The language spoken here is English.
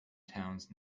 towns